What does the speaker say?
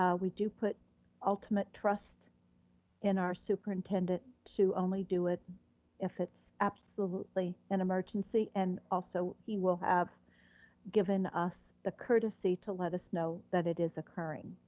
um we do put ultimate trust in our superintendent to only do it if it's absolutely an emergency and also he will have given us the courtesy to let us know that it is occurring.